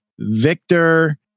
Victor